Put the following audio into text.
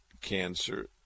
cancer